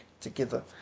together